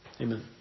Amen